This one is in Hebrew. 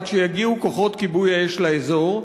עד שיגיעו כוחות כיבוי אש לאזור,